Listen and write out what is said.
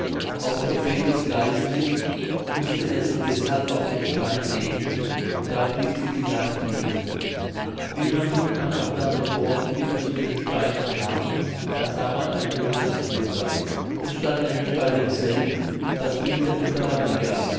auf befehl des geistlichen mußte er sie deshalb auf den stein legen und da blieb sie die nacht liegen wie man nun am anderen morgen wieder zu dem steine kam da sah man ein großes wunder es stand nämlich bei demselben das bild der mutter maria